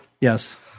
Yes